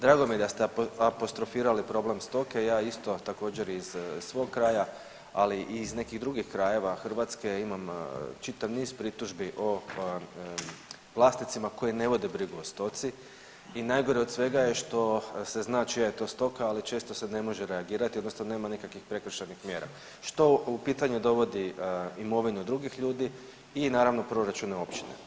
Drago mi je da ste apostrofirali problem stoke, ja isto također iz svog kraja, ali i iz nekih drugih krajeva Hrvatske imam čitav niz pritužbi o vlasnicima koji ne vode brigu o stoci i najgore od svega je što se zna čija je to stoka, ali često se ne može reagirati odnosno nema nikakvih prekršajnih mjera što u pitanje dovodi imovinu drugih ljudi i naravno proračune općina.